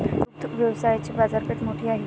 दुग्ध व्यवसायाची बाजारपेठ मोठी आहे